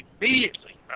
immediately